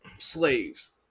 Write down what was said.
slaves